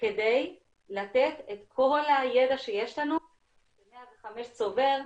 כדי לתת את כל הידע שיש לנו וש-105 צובר,